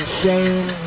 shame